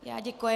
Já děkuji.